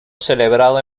celebrado